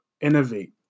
innovate